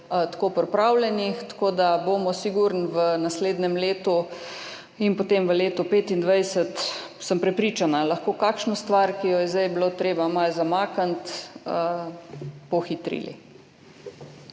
tako pripravljenih, tako da bomo sigurno v naslednjem letu in potem v letu 2025, sem prepričana, lahko kakšno stvar, ki jo je zdaj bilo treba malo zamakniti, pohitrili.